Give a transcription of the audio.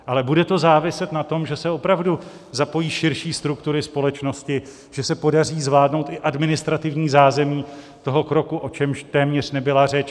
Ale bude to záviset na tom, že se opravdu zapojí širší struktury společnosti, že se podaří zvládnout i administrativní zázemí toho kroku, o čemž téměř nebyla řeč.